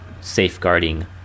Safeguarding